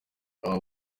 aba